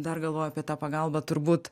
dar galvoju apie tą pagalbą turbūt